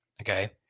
Okay